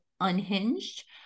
unhinged